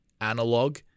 analog